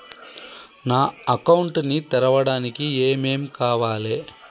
నా అకౌంట్ ని తెరవడానికి ఏం ఏం కావాలే?